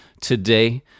today